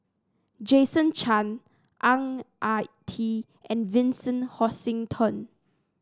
Jason Chan Ang Ah Tee and Vincent Hoisington